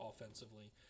offensively